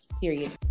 Period